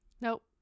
Nope